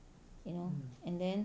you know and then